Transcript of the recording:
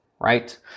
right